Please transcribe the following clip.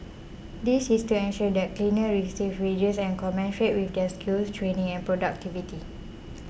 this is to ensure that cleaners receive wages and commensurate with their skills training and productivity